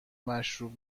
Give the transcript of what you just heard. مشروب